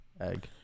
egg